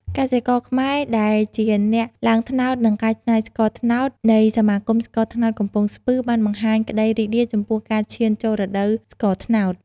កសិករខ្មែរដែលជាអ្នកឡើងត្នោត និងកែច្នៃស្ករត្នោត នៃសមាគមស្ករត្នោតកំពង់ស្ពឺ បានបង្ហាញក្ដីរីករាយចំពោះការឈានចូលរដូវស្ករត្នោត។